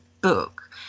book